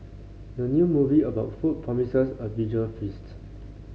the new movie about food promises a visual feasts